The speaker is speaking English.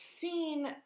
seen